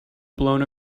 blown